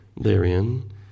therein